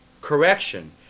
Correction